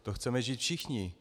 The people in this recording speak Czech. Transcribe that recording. To chceme žít všichni.